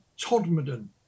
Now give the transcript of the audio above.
Todmorden